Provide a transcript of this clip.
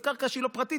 אז קרקע שהיא לא פרטית,